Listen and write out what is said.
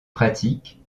pratique